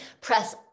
Press